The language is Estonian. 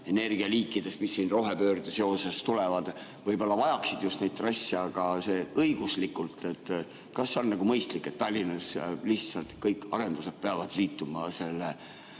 energialiike, mis siin rohepöördega seoses tulevad, võib-olla vajaksid just need trasse. Aga õiguslikult, kas see on mõistlik, et Tallinnas lihtsalt kõik arendused peavad liituma selle